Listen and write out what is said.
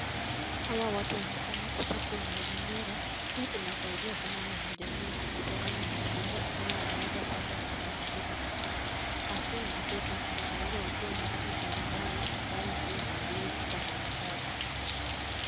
Hawa watu wanafanya usafi wa mazingira. Hii inasaidia sana wanajamii kutokana na magonjwa ambayo wanaweza pata kwa mazingira machafu haswa watoto wanaeza ugua maradhi mbalimbali ambayo sio mazuri hata mara moja.